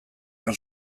han